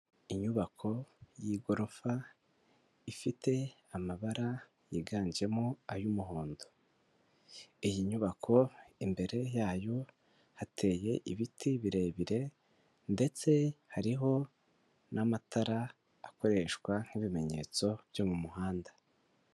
Inyubako y'igorofa ifite amabara yiganjemo ay'umuhondo, iyi nyubako imbere yayo hateye ibiti birebire ndetse hariho n'amatara akoreshwa nk'ibimenyetso byo mu muhanda.